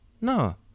no